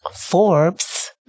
Forbes